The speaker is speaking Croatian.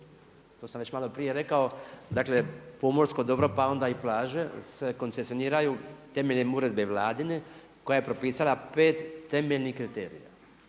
To sam već malo prije rekao, dakle pomorsko dobro pa onda i plaže se koncesiniraju temeljem uredbe Vladine koja je propisala pet temeljnih kriterija